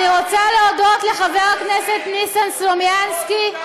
אני רוצה להודות לחבר הכנסת ניסן סלומינסקי,